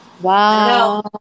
Wow